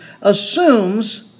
assumes